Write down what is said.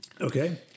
okay